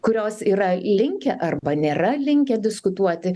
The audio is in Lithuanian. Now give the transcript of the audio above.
kurios yra linkę arba nėra linkę diskutuoti